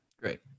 Great